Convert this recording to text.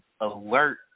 alert